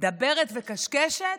דברת וקשקשת,